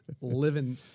living